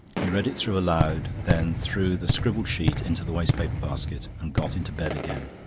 he read it through aloud then threw the scribbled sheet into the waste-paper basket and got into bed again.